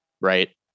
right